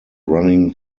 running